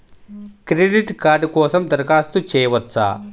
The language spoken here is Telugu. క్రెడిట్ కార్డ్ కోసం దరఖాస్తు చేయవచ్చా?